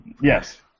Yes